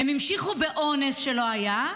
הם המשיכו באונס שלא היה,